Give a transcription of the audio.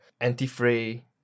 anti-fray